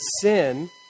sin